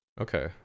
okay